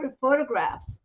photographs